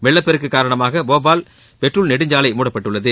வெள்ளப் பெருக்கு காரணமாக போபால் பெட்டுல் நெடுஞ்சாலை மூடப்பட்டுள்ளது